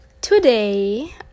today